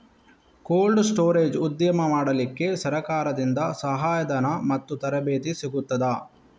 Cold storage ಉದ್ಯಮ ಮಾಡಲಿಕ್ಕೆ ಸರಕಾರದಿಂದ ಸಹಾಯ ಧನ ಮತ್ತು ತರಬೇತಿ ಸಿಗುತ್ತದಾ?